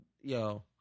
yo